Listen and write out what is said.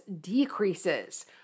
decreases